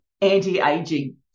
anti-aging